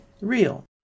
real